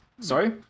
Sorry